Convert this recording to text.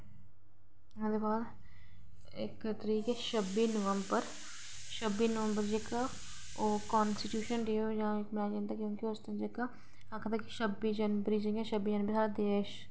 ते ओह्दे बाद इक तरीक ऐ छब्बी नंबवर छब्बी नंबवर जेह्का ओह् कंस्टीट्यूशन डे मनाया जंदा जेह्का तां आखदे छब्बी जनवरी जेह्की जि'यां छब्बी जनवरी साढ़ा देश